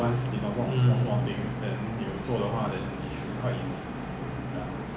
ya lor that wall lor if you follow right 那边是没有 power point 的